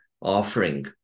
offering